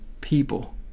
people